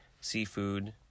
seafood